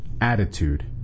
attitude